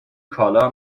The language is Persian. کالا